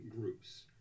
groups